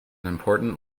important